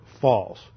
false